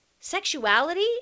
sexuality